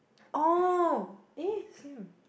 oh eh same